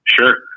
Sure